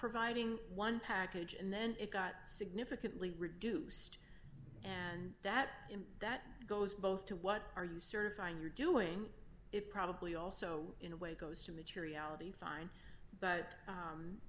providing one package and then it got significantly reduced and that that goes both to what are you certifying you're doing it probably also in a way goes to materiality sign but